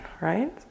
right